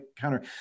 counter